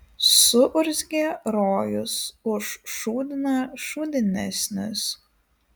suurzgė rojus už šūdiną šūdinesnis